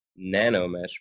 nanomesh